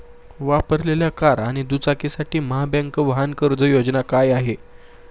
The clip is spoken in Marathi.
वापरलेल्या कार आणि दुचाकीसाठी महाबँक वाहन कर्ज योजना काय आहे?